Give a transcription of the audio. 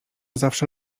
zawsze